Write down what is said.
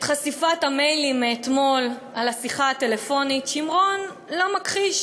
את חשיפת המיילים מאתמול לגבי השיחה הטלפונית שמרון אינו מכחיש.